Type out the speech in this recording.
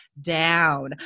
down